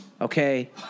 okay